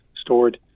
stored